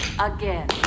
Again